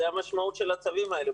זאת המשמעות של הצווים האלה.